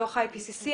דוח IPPC,